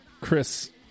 Chris